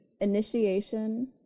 Initiation